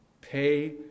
Pay